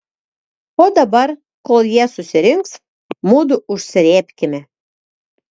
o dabar kol jie susirinks mudu užsrėbkime